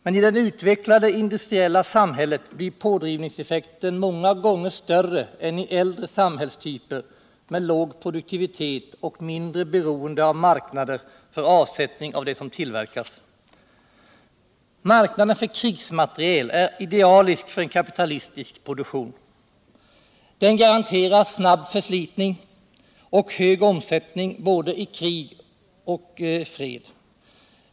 Men i det utvecklade industrietta samhället blir pådrivningseffekten många gånger större än i äldre samhällstyper med låg produktivitet och mindre beroende av marknader för avsällning av det som tillverkats. Marknaden för krigsmateriel är idealisk för en kapitalistisk produktion. Den garanterar snabb förslitning och hög omsättning både i krig och i fred.